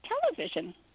television